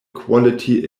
quality